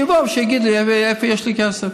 שיבוא ושיגיד לי איפה יש לי כסף.